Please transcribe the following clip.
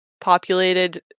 populated